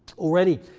already,